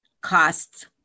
costs